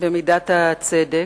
במידת הצדק,